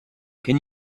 can